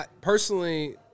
personally